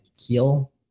heal